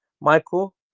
michael